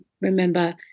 remember